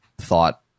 thought